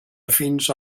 afins